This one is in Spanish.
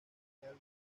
final